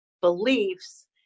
beliefs